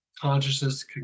consciousness